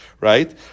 Right